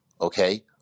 okay